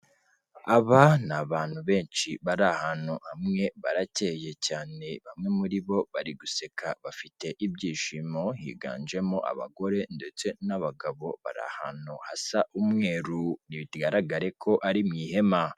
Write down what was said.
Aba ni abantu benshi bari ahantu hamwe barakeye cyane bamwe muri bo bari guseka bafite ibyishimo, higanjemo abagore ndetse n'abagabo bari ahantu hasa umweru bigaragare ko ari mu ihema.